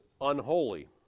unholy